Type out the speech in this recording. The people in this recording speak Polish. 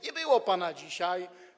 Nie było pana dzisiaj.